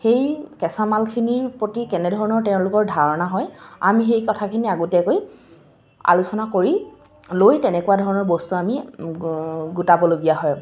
সেই কেঁচামালখিনিৰ প্ৰতি কেনেধৰণৰ তেওঁলোকৰ ধাৰণা হয় আমি সেই কথাখিনি আগতীয়াকৈ আলোচনা কৰি লৈ তেনেকুৱা ধৰণৰ বস্তু আমি গোটাবলগীয়া হয়